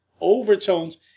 overtones